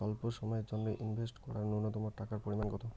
স্বল্প সময়ের জন্য ইনভেস্ট করার নূন্যতম টাকার পরিমাণ কত?